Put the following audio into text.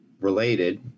related